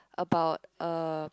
about a